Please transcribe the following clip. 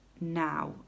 now